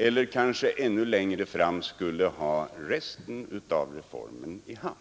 och kanske ännu senare inte skulle ha resten av reformen genomförd.